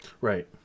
Right